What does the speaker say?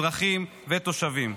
אזרחים ותושבים.